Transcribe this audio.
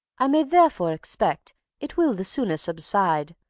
i may therefore expect it will the sooner subside,